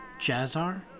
Jazzar